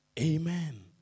Amen